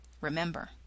Remember